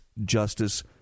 justice